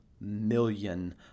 million